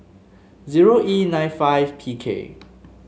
zero E nine five P K